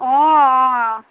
অঁ অঁ অঁ